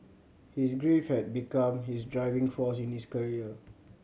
his grief had become his driving force in his career